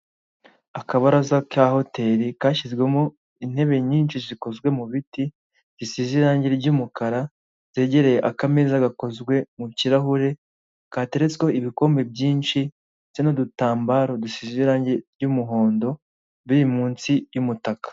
Akabaraza ka hoteri kashyizwemo intebe nyinshi zikozwe mu biti bisize irangi ry'umukara zegereye akameza gakozwe mu kirahure kateretsweho ibikombe byinshi ndetse n'udutambaro dusize irangi ry'umuhondo biri munsi yumutaka.